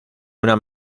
una